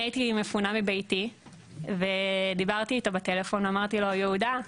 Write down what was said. אני הייתי מפונה מביתי ודיברתי איתו בטלפון ואמרתי לו: יהודה,